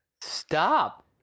Stop